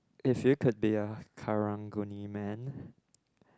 if you could be a Karang-Guni man